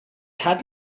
had